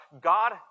God